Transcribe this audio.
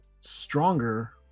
Stronger